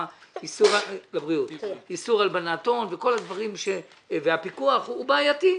איסור הלבנת הון והפיקוח הוא בעייתי.